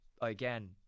again